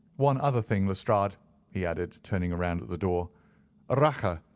one other thing, lestrade, he added, turning round at the door rache,